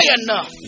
enough